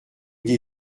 des